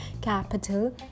capital